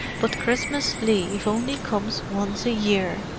but christmas leave only comes once a year,